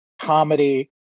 comedy